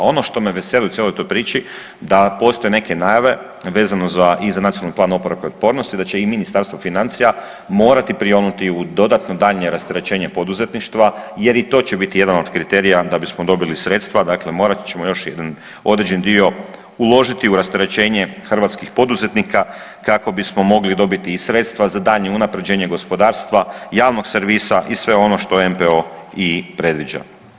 Ono što me veseli u cijeloj toj priči, da postoje neke najave vezane i za Nacionalni plan oporavka i otpornosti, da će i Ministarstvo financija morati prionuti u dodatno, daljnje rasterećenje poduzetništva, jer i to će biti jedan od kriterija da bismo dobili sredstva, dakle, morat ćemo još određen dio uložiti u rasterećenje hrvatskih poduzetnika, kako bismo mogli dobiti sredstva za daljnje unapređenje gospodarstva, javnog servisa i sve ono što MPO i predviđa.